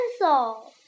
Pencil